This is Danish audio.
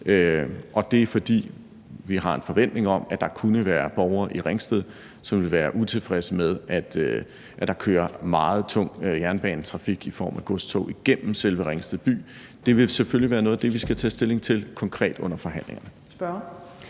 og det er, fordi vi har en forventning om, at der kunne være borgere i Ringsted, som vil være utilfredse med, at der kører meget tung jernbanetrafik i form af godstog igennem selve Ringsted by. Det vil selvfølgelig være noget af det, vi skal tage stilling til konkret under forhandlingerne.